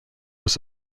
was